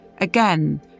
Again